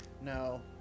No